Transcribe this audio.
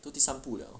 都第三部 liao